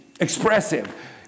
expressive